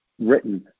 written